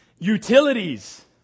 utilities